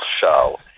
show